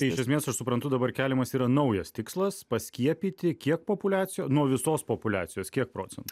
tai iš esmės aš suprantu dabar keliamas yra naujas tikslas paskiepyti kiek populiaciją nuo visos populiacijos kiek procentų